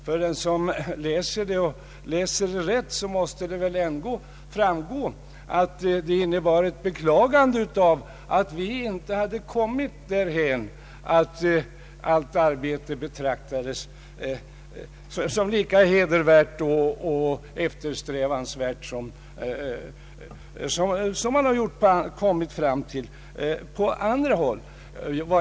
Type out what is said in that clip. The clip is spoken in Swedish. För den som läser protokollet rätt måste det framgå att detta innebar ett beklagande av att vi inte kommit därhän att allt arbete betraktades som lika hedervärt och eftersträvansvärt som det man kommit fram till på andra håll.